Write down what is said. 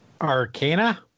Arcana